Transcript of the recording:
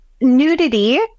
nudity